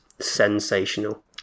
sensational